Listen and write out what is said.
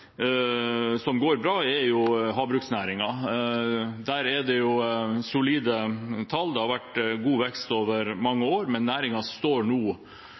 som går bra, er havbruksnæringen. Der er det solide tall. Det har vært god vekst over mange år, men næringen står nå